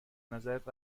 نظرت